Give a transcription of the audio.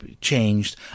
changed